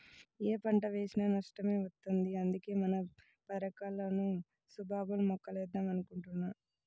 యే పంట వేసినా నష్టమే వత్తంది, అందుకే మన పదెకరాల్లోనూ సుబాబుల్ మొక్కలేద్దాం అనుకుంటున్నా